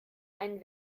einen